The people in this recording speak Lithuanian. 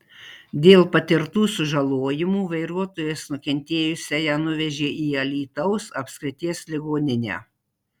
dėl patirtų sužalojimų vairuotojas nukentėjusiąją nuvežė į alytaus apskrities ligoninę